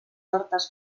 hortes